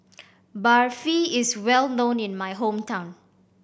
barfi is well known in my hometown